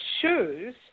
choose